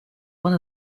one